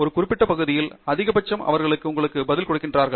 ஒரு குறிப்பிட்ட பகுதியில் அதிகபட்சம் அவர்கள் உங்களுக்கு பதில் கொடுக்கிறார்கள்